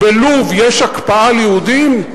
בלוב יש הקפאה על יהודים?